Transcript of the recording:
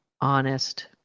honest